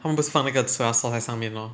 他们不是放那个 soya sauce 在上面 lor